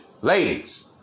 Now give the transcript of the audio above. ladies